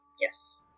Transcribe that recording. Yes